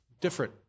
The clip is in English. different